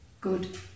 good